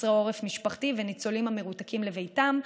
חסרי עורף משפחתי וניצולים המרותקים לביתם.